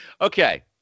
Okay